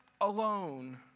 alone